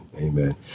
Amen